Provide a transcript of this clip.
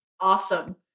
Awesome